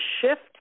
shift